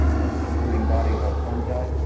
that's the fruiting body of our fungi.